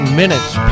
minutes